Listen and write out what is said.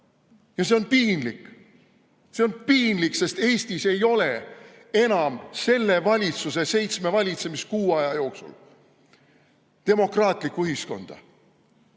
see on piinlik. See on piinlik, sest Eestis ei ole enam selle valitsuse seitsme valitsemiskuu jooksul demokraatlikku ühiskonda.